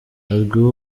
azwiho